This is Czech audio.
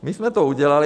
My jsme to udělali.